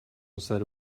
instead